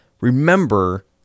remember